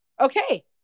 Okay